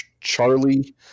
Charlie